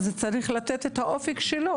אז צריך לתת את האופק שלו